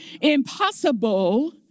Impossible